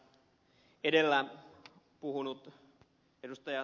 kyllä edellä puhunut ed